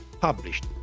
published